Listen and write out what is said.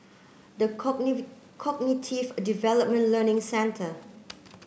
the Cognitive Development Learning Centre